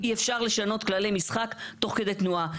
אי אפשר לשנות כללי משחק תוך כדי תנועה.